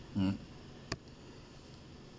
mm